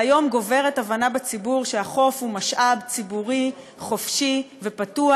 והיום גוברת ההבנה בציבור שהחוף הוא משאב ציבורי חופשי ופתוח,